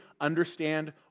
understand